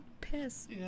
piss